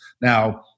Now